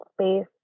space